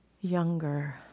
younger